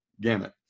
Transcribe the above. gamut